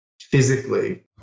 physically